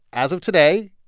as of today,